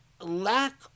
lack